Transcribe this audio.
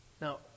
Now